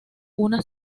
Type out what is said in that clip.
una